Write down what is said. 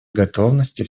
готовности